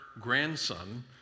grandson